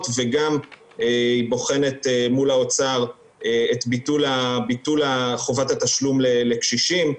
וגם היא בוחנת מול האוצר את ביטול חובת התשלום לקשישים.